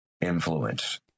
influence